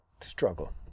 struggle